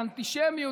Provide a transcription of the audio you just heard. והאנטישמיות,